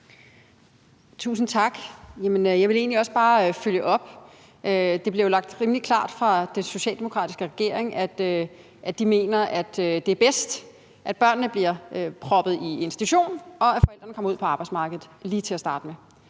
Tusind tak. Jeg vil egentlig også bare følge op. Det bliver jo lagt rimelig klart frem fra den socialdemokratiske regering, at de mener, at det er bedst, at børnene bliver proppet i en institution, og at forældrene kommer ud på arbejdsmarkedet lige til at starte med.